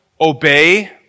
obey